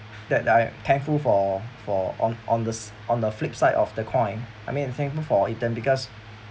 that I am thankful for for on on this on the flip side of the coin I mean thankful for ethan because